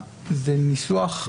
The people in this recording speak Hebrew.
תכף נעבור לסעיף הבא,